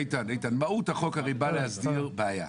הוא בא להסדיר בעיה.